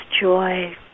joy